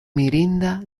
mirinda